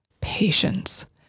patience